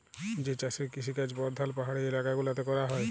যে চাষের কিসিকাজ পরধাল পাহাড়ি ইলাকা গুলাতে ক্যরা হ্যয়